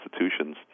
institutions